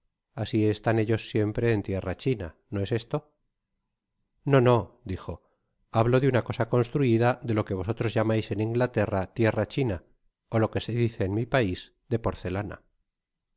asi estan ellos siempre en tierra china no es esto no no dijo hablo de una cosa construida de lo que vosotros llamais en inglaterra tierra china ó lo que se dice en mi pais de porcelana